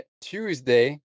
Tuesday